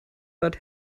bad